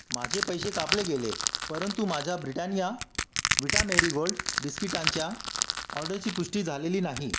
माझे पैसे कापले गेले परंतु माझ्या ब्रिटानिया विटा मेरी गोल्ड बिस्किटांच्या ऑर्डरची पुष्टी झालेली नाही